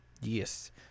Yes